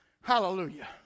Hallelujah